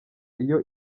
iyo